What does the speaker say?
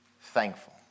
thankful